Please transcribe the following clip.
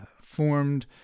formed